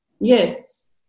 Yes